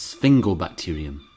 Sphingobacterium